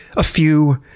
a few.